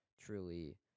truly